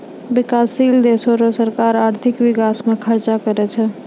बिकाससील देसो रो सरकार आर्थिक बिकास म खर्च करै छै